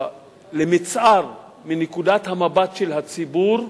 למצער, מנקודת המבט של הציבור,